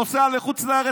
נוסע לחוץ לארץ.